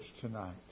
tonight